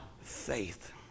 faith